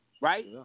Right